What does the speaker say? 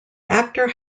actor